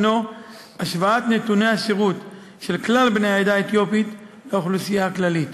הנו השוואת נתוני השירות של כלל בני העדה האתיופית לאוכלוסייה הכללית.